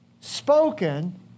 spoken